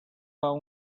aún